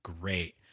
Great